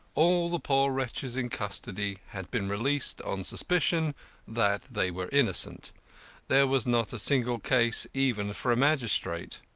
all the poor wretches in custody had been released on suspicion that they were innocent there was not a single case even for a magistrate.